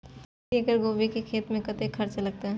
प्रति एकड़ गोभी के खेत में कतेक खर्चा लगते?